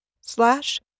Slash